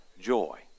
joy